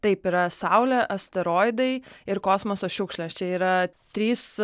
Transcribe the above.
taip yra saulė asteroidai ir kosmoso šiukšlės čia yra trys